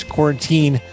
Quarantine